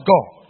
God